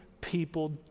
people